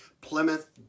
Plymouth